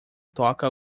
toca